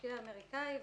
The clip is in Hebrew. משקיע אמריקאי,